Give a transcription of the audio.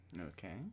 okay